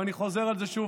ואני חוזר על זה שוב,